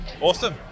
Awesome